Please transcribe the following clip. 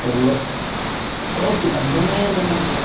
টেবুলত বহুত কিতাপ দমে দমে কিতাপ